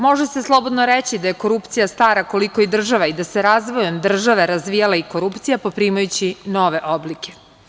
Može se slobodno reći da je korupcija stara koliko i država i da se razvojem države razvijala i korupcija poprimajući nove oblike.